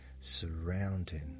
surrounding